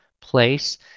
place